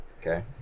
Okay